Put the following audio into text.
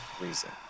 reason